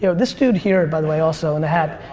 you know this dude here by the way also in the hat.